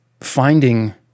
finding